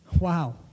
Wow